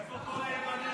איפה כל הימנים?